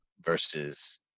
versus